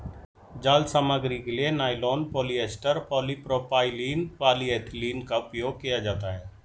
जाल सामग्री के लिए नायलॉन, पॉलिएस्टर, पॉलीप्रोपाइलीन, पॉलीएथिलीन का उपयोग किया जाता है